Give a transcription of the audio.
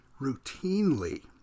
routinely